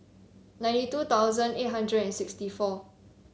ninety two thousand eight hundred and sixty four